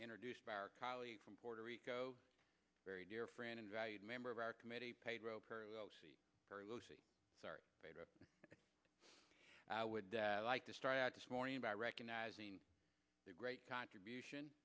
introduced by our colleague from puerto rico very dear friend and valued member of our committee pedro very closely i would like to start out this morning by recognizing the great contribution